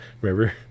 Remember